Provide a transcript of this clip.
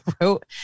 wrote